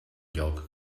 lloc